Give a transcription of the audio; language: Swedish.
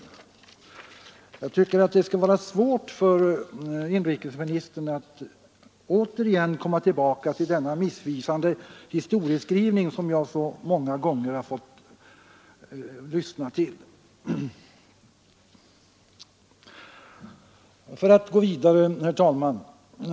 Jag tycker att det efter detta skall bli svårt för inrikesministern att återigen komma med den missvisande historieskrivning som jag så många gånger fått lyssna till. Herr talman!